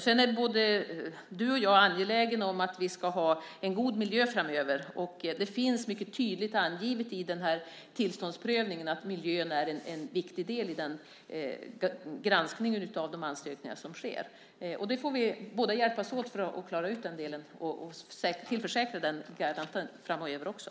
Sedan är både du och jag angelägna om att vi ska ha en god miljö framöver. Det finns mycket tydligt angivet i tillståndsprövningen att miljön är en viktig del i granskningen av de ansökningar som sker. Vi får hjälpas åt för att klara ut den delen och se till att denna garant tillförsäkras framöver också.